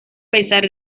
pesar